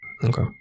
Okay